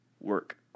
work